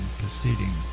proceeding